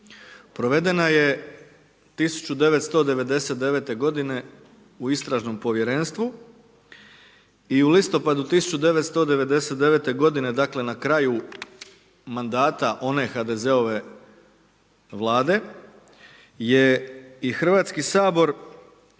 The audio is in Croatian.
Provedena je 1999. g. u istražnom povjerenstvu i u listopadu 1999. g. dakle, na kraju mandata one HDZ-ove vlade, je i Hrvatski sabor